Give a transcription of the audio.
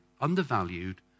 undervalued